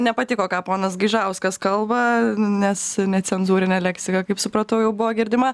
nepatiko ką ponas gaižauskas kalba nes necenzūrinė leksika kaip supratau jau buvo girdima